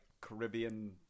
Caribbean